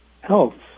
health